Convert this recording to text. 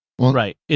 Right